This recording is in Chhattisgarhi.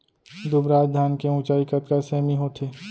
दुबराज धान के ऊँचाई कतका सेमी होथे?